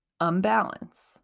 unbalance